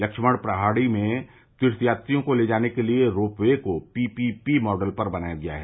लक्ष्मण पहाड़ी में तीर्थ यात्रियों को ले जाने के लिए रोप वे को पीपी मॅडल पर बनाया गया है